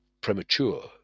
premature